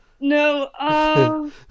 No